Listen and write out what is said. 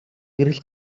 гэрэл